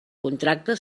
contracte